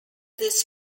this